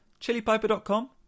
chilipiper.com